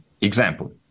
Example